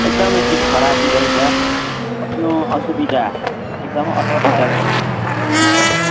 एकदमै सिट खराबी रहेछ बस्नु असुविधा एकदम असुविधा छ सिटहरू